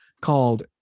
called